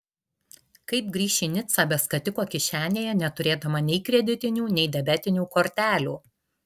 kaip grįš į nicą be skatiko kišenėje neturėdama nei kreditinių nei debetinių kortelių